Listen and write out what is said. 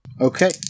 Okay